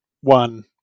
one